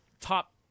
top